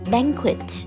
Banquet